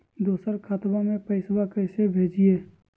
दोसर खतबा में पैसबा कैसे भेजिए?